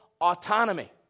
autonomy